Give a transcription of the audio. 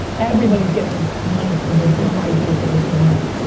everybody's getting money for their dumb ideas that make no money.